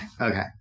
Okay